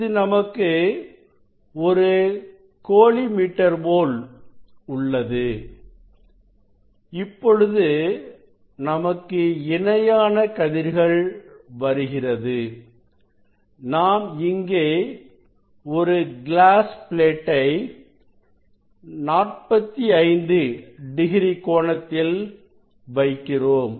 இது நமக்கு ஒரு கோளி மீட்டர் போல் உள்ளது இப்பொழுது நமக்கு இணையான கதிர்கள் வருகிறது நாம் இங்கே ஒரு கிளாஸ் பிளேட்டை 45 டிகிரி கோணத்தில் வைக்கிறோம்